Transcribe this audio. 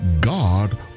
God